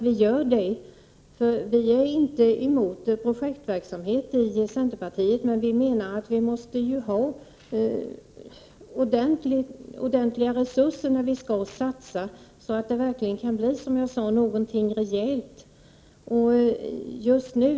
Vi är inte i centerpartiet mot projektverksamhet, men vi menar att det måste finnas ordentliga resurser när det skall göras satsningar, så att det verkligen blir någonting rejält, som jag sade.